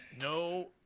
no